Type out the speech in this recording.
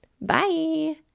Bye